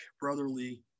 brotherly